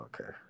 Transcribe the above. Okay